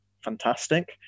fantastic